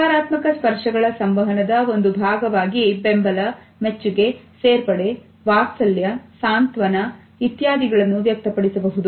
ಸಕಾರಾತ್ಮಕ ಸ್ಪರ್ಶ ಗಳ ಸಂವಹನದ ಒಂದು ಭಾಗವಾಗಿ ಬೆಂಬಲ ಮೆಚ್ಚುಗೆ ಸೇರ್ಪಡೆ ವಾತ್ಸಲ್ಯ ಸಾಂತ್ವನ ಇತ್ಯಾದಿಗಳನ್ನು ವ್ಯಕ್ತಪಡಿಸಬಹುದು